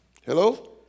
Hello